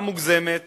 גם מוגזמת